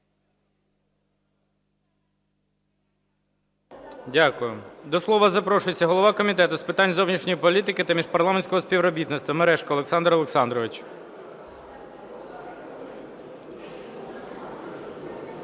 Дякую. До слова запрошується голова Комітету з питань зовнішньої політики та міжпарламентського співробітництва Мережко Олександр Олександрович.